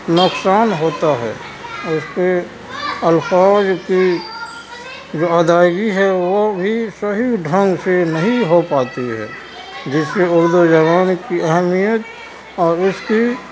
نقصان ہوتا ہے اس کے الفاظ کی جو ادائیگی ہے وہ بھی صحیح ڈھنگ سے نہیں ہو پاتی ہے جس سے اردو زبان کی اہمیت اور اس کی